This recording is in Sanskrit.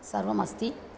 सर्वमस्ति